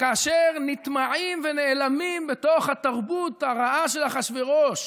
כאשר נטמעים ונעלמים בתוך התרבות הרעה של אחשוורוש